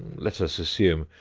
let us assume,